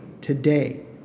today